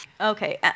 Okay